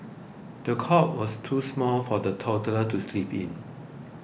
the cot was too small for the toddler to sleep in